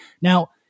Now